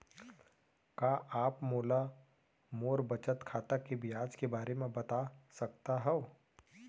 का आप मोला मोर बचत खाता के ब्याज के बारे म बता सकता हव?